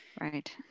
Right